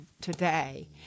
today